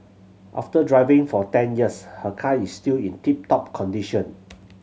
after driving for ten years her car is still in tip top condition